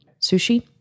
Sushi